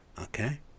Okay